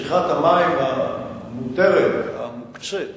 צריכת המים המותרת, מוקצית